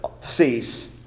cease